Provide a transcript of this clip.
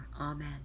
Amen